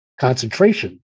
concentration